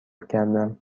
کردم